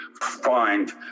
find